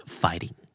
fighting